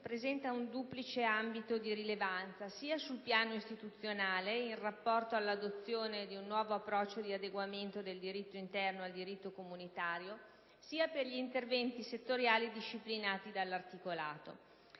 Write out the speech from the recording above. provvedimento in esame presenta un duplice ambito di rilevanza sia sul piano istituzionale, in rapporto all'adozione di un nuovo approccio di adeguamento del diritto interno a quello comunitario, sia per gli interventi settoriali disciplinati dall'articolato.